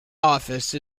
office